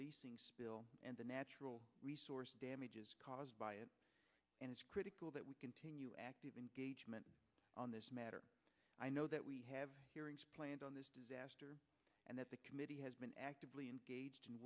leasing spill and the natural resource damages caused by it and it's critical that we continue active engagement on this matter i know that we have hearings planned on this disaster and that the committee has been actively engaged in